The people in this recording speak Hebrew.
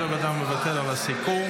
יו"ר הוועדה מוותר על הסיכום.